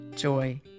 joy